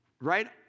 Right